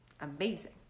amazing